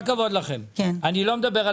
אני מדבר על